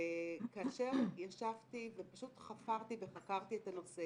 כאשר ישבתי ופשוט חפרתי וחקרתי את הנושא,